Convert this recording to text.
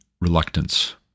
reluctance